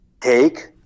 take